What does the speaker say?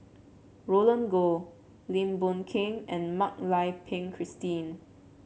Roland Goh Lim Boon Heng and Mak Lai Peng Christine